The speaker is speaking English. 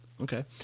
okay